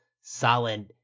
solid